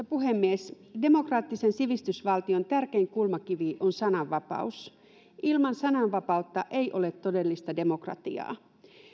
puhemies demokraattisen sivistysvaltion tärkein kulmakivi on sananvapaus ilman sananvapautta ei ole todellista demokratiaa